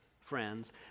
friends